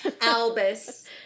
Albus